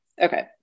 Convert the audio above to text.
Okay